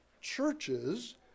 churches